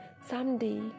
Someday